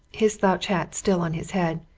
his slouch hat still on his head,